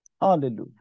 Hallelujah